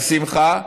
על שמחה.